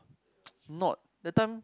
not that time